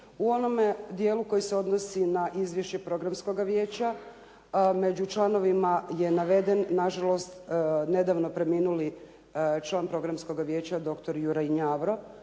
u onom dijelu koji se odnosi na izvješće programskoga vijeća, među članovima je naveden nažalost nedavno preminuli član programskoga vijeća doktor Juraj Njavro,